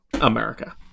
America